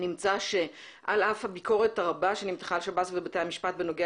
נמצא שעל אף הביקורת הרבה שנמתחה על שב"ס ובתי המשפט בנוגע